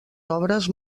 obres